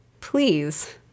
Please